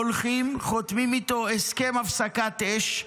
הולכים חותמים איתו הסכם הפסקת אש.